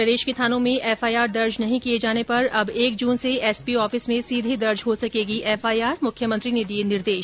प्रदेश के थानों में एफआईआर दर्ज नहीं किए जाने पर अब एक जून से एसपी ऑफिस में सीधे दर्ज हो सकेगी एफआईआर मुख्यमंत्री ने दिये निर्देश